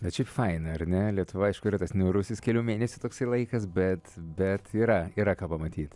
bet šiaip faina ar ne lietuvoj aišku yra tas niūrusis kelių mėnesių toksai laikas bet bet yra yra ką pamatyt